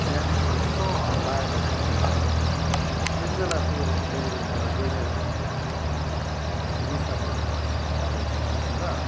त्यहाँदेखि यसो हल्लाएर हेर्छु त्यतिबेला त्यो डेलिभरी बोय गइसकेर मैले लिइसकेर आफ्नो अर्डर लिइसकेर